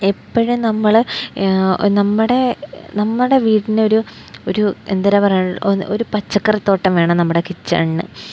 എപ്പോഴും നമ്മള് നമ്മുടെ നമ്മുടെ വീടിന് ഒരു ഒരു എന്താണ് പറയുന്നത് ഒരു പച്ചക്കറിത്തോട്ടം വേണം നമ്മുടെ കിച്ചണിന്